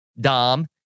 Dom